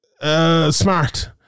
smart